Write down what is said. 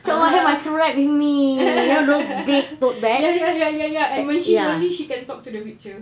ya ya ya ya ya and when she lonely she can talk to the picture